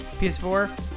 PS4